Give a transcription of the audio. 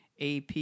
AP